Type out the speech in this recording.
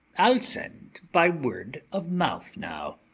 i'll send by word of mouth now.